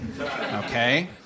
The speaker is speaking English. Okay